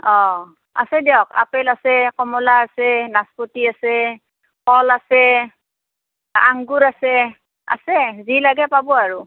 অ' আছে দিয়ক আপেল আছে কমলা আছে নাচপতি আছে কল আছে আংগুৰ আছে আছে যি লাগে পাব আৰু